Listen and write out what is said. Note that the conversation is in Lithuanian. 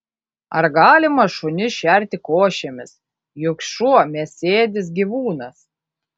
ar galima šunis šerti košėmis juk šuo mėsėdis gyvūnas